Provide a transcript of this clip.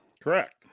Correct